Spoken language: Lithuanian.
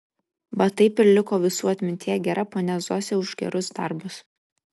va taip ir liko visų atmintyje gera ponia zosė už gerus darbus